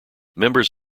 members